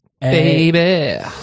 Baby